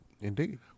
Indeed